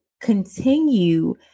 continue